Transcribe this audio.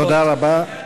תודה רבה.